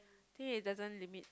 think it doesn't limit